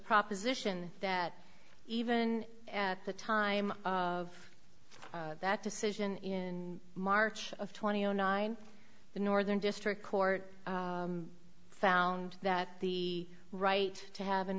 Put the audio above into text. proposition that even at the time of that decision in march of twenty zero nine the northern district court found that the right to have an